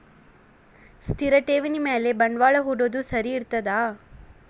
ಸ್ಥಿರ ಠೇವಣಿ ಮ್ಯಾಲೆ ಬಂಡವಾಳಾ ಹೂಡೋದು ಸರಿ ಇರ್ತದಾ?